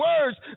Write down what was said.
words